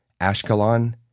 Ashkelon